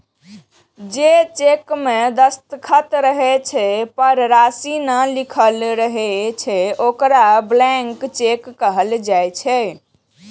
जे चेक मे दस्तखत रहै छै, पर राशि नै लिखल रहै छै, ओकरा ब्लैंक चेक कहल जाइ छै